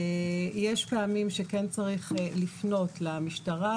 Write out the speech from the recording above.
יש פעמים שכן צריך לפנות למשטרה,